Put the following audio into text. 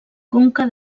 conca